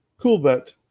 CoolBet